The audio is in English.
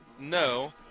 No